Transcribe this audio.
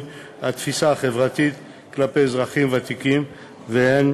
התפיסה החברתית כלפי אזרחים ותיקים והן